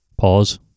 pause